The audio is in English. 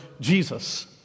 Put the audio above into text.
Jesus